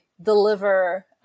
deliver